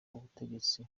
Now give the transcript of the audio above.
ubutegetsi